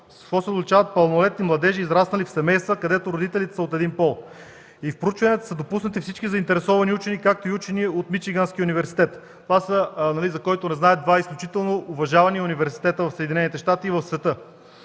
какво се отличат пълнолетни младежи, израснали в семейства, в които родителите са от един пол?” До проучванията са допуснати всички заинтересовани учени, както и учени от Мичиганския университет. Който не знае, това са два изключително уважавани университета в Съединените щати и в света.